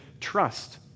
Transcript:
trust